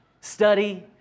Study